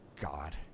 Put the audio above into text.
God